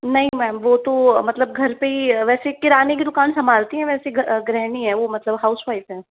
नहीं मैम वो तो मतलब घर पे ही वैसे किराने की दुकान सम्भालती हैं वैसे गृहणी हैं वो मतलब हाउस वाइफ़ हैं